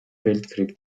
weltkrieg